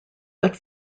but